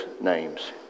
names